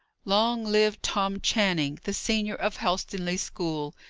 long live tom channing, the senior of helstonleigh school!